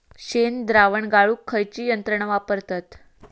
शेणद्रावण गाळूक खयची यंत्रणा वापरतत?